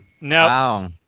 No